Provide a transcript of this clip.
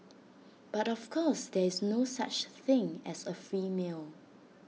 but of course there is no such thing as A free meal